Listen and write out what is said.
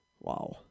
Wow